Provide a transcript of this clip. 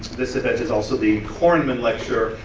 this event is also the kornman lecture,